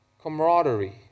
camaraderie